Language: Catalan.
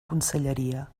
conselleria